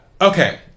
Okay